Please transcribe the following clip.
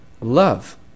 Love